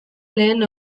lehen